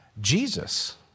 Jesus